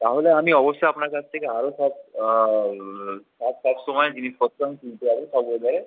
তাহলে আমি অবশ্যই আপনার কাছ থেকে আরো সব সব সব সময় জিনিসপত্র আমি কিনতে যাবো